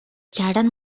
کردن